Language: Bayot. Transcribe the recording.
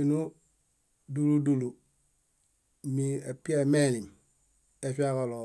Énodulu dúlu epiaemelim, efiġalo